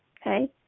Okay